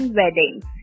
weddings